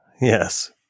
yes